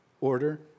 order